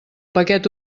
paquet